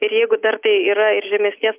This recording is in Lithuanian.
ir jeigu dar tai yra ir žemesnės